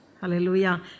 Hallelujah